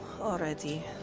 already